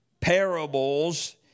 parables